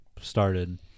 started